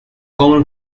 common